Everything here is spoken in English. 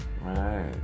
Right